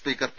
speaker P